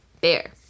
bear